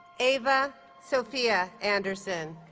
ava sophia anderson